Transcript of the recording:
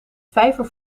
vijver